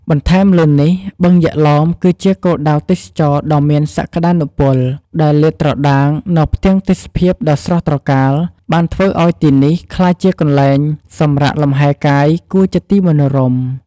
បន្ថែមលើនេះបឹងយក្សឡោម គឺជាគោលដៅទេសចរណ៍ដ៏មានសក្ដានុពល ដែលលាតត្រដាងនូវផ្ទាំងទេសភាពដ៏ស្រស់ត្រកាល បានធ្វើឲ្យទីនេះ ក្លាយជាកន្លែងសម្រាកលំហែកាយគួរជាទីមនោរម្យ។